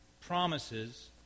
promises